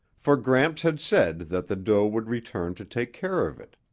for gramps had said that the doe would return to take care of it.